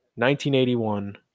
1981